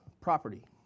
property